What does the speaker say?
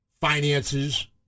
finances